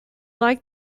like